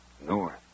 North